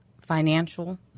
financial